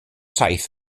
saith